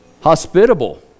hospitable